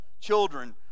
children